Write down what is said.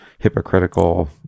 hypocritical